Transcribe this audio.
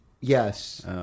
Yes